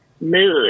mood